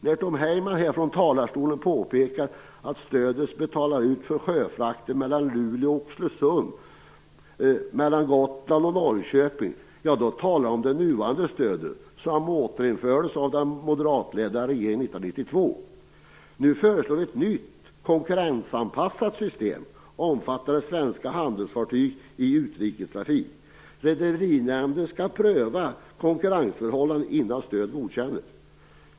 När Tom Heyman från talarstolen talar om de stöd vi betalar ut för sjöfrakten mellan Luleå och Oxelösund och mellan Gotland och Norrköping talar han om de nuvarande stöden som återinfördes av den moderatledda regeringen 1992. Nu föreslår vi ett nytt konkurrensanpassat system omfattande svenska handelsfartyg i utrikestrafik. Rederinämnden skall pröva konkurrensförhållandena innan stöd godkännes.